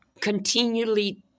continually